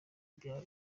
bya